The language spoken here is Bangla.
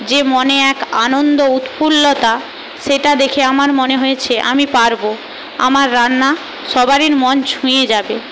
যে মনে এক আনন্দ উৎফুল্লতা সেটা দেখে আমার মনে হয়েছে আমি পারবো আমার রান্না সবারই মন ছুঁয়ে যাবে